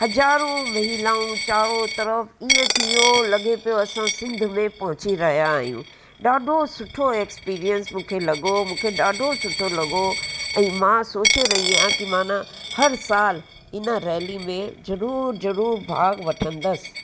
हज़ारो महिलाऊं चारो तरफ़ ईअं थी वियो लॻे पियो असां सिंध में पहुची रहिया आहियूं ॾाढो सुठो एक्सपीरीएंस मूंखे लॻो मूंखे ॾाढो सुठो लॻो ऐं मां सोचे रही आहियां कि मां न हर साल हिन रेली में ज़रूरु जरूरु भाॻु वठंदसि